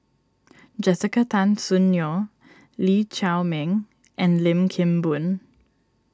Jessica Tan Soon Neo Lee Chiaw Meng and Lim Kim Boon